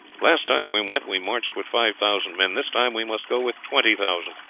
last time we went, we marched with five thousand men this time we must go with twenty thousand.